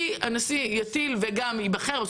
שהנשיא יטיל וגם ייבחר,